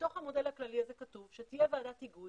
בתוך המודל הכללי הזה כתוב שתהיה ועדת היגוי